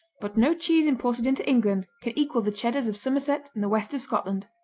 but no cheese imported into england can equal the cheddars of somerset and the west of scotland.